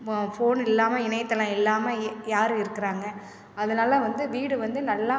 இப்போ ஃபோன் இல்லாமல் இணையத்தளம் இல்லாமல் இ யார் இருக்கிறாங்க அதனால் வந்து வீடு வந்து நல்லா